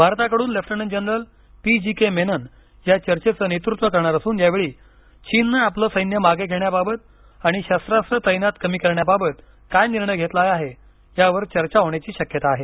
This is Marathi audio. भारताकडून lieutenant general P G K Menon या चर्चेचं नेतृत्व करणार असून यावेळी चीनने आपले सैन्य मागे घेण्याबाबत आणि शस्त्रात्र तैनात कमी करण्याबाबत काय निर्णय घेतला आहे यावर चर्चा होण्याची शक्यता आहे